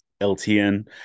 LTN